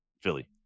philly